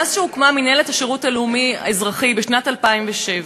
מאז הוקמה מינהלת השירות הלאומי-אזרחי בשנת 2007,